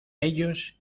ellos